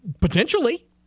Potentially